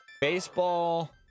Baseball